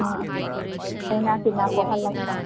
ꯂꯩꯅꯥ ꯇꯤꯟꯅꯥ ꯄꯣꯛꯍꯜꯂꯛꯄ